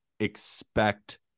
expect